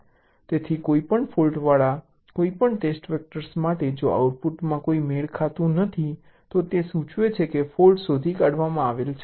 તેથી કોઈપણ ફોલ્ટવાળા કોઈપણ ટેસ્ટ વેક્ટર માટે જો આઉટપુટમાં કોઈ મેળ ખાતું નથી તો તે સૂચવે છે કે ફોલ્ટ શોધી કાઢવામાં આવે છે